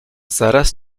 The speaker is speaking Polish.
zaraz